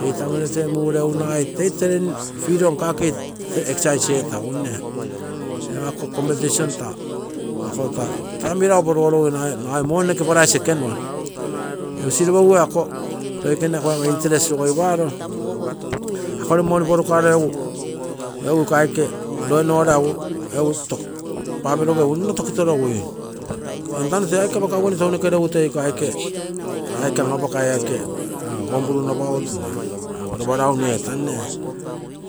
Ee itamino mureugu nagai toi training etasu or exercise etasu nkakei. Egu ako competition nagai taa aike meragu porugorogui nagai money noke ekenua. Egu sipagu loikene kuago interest rogoiparo, akogere money porukaro egu law and order papiroge egu nno tokitorogui. Entano taa aike apakaguine regu egu ee aike mara ee homebrew papiroge, or ropa raun eeta.